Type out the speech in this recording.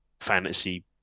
fantasy